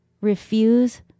refuse